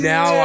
Now